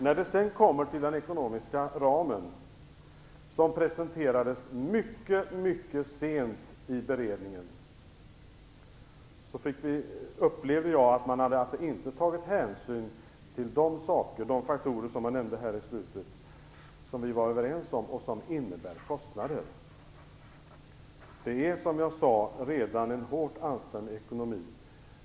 När det sedan gäller den ekonomiska ramen som presenterades mycket sent i beredningen, hade man inte tagit hänsyn till de faktorer som jag nämnde i slutet av mitt anförande som vi var överens om och som innebär kostnader. Som jag sade är ekonomin redan hårt ansträngd.